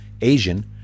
Asian